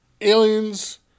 aliens